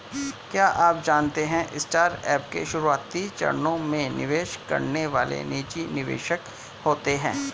क्या आप जानते है स्टार्टअप के शुरुआती चरणों में निवेश करने वाले निजी निवेशक होते है?